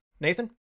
Nathan